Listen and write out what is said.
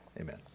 Amen